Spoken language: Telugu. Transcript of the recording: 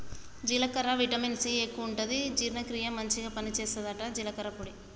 జీలకర్రల విటమిన్ సి ఎక్కువుంటది జీర్ణ క్రియకు మంచిగ పని చేస్తదట జీలకర్ర పొడి